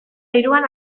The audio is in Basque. hiruan